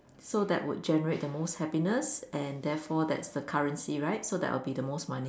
so that would generate the most happiness and therefore that's the currency right so that will be most money